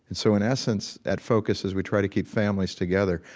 and so in essence, at focus as we try to keep families together,